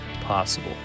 possible